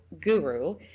Guru